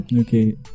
okay